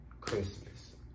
Christmas